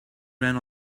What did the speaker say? ran